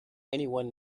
anyone